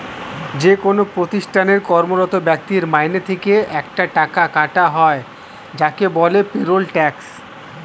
যেকোন প্রতিষ্ঠানে কর্মরত ব্যক্তির মাইনে থেকে একটা টাকা কাটা হয় যাকে বলে পেরোল ট্যাক্স